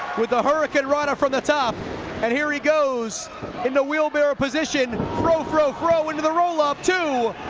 with a hurricanrana from the top and here he goes in the wheelbarrow position fro, fro, fro into the rollup, two!